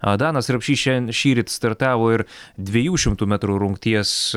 a danas rapšys šian šįryt startavo ir dviejų šimtų metrų rungties